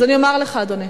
אז אני אומר לך, אדוני.